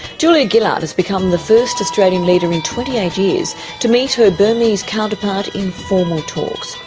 julia gillard has become the first australian leader in twenty eight years to meet her burmese counterpart in formal talks.